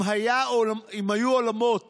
אם היו אולמות